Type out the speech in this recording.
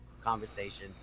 conversation